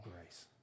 grace